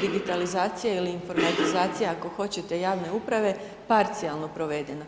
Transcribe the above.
digitalizacija ili informatizacija ako hoćete javne uprave, parcijalno provedena.